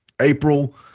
April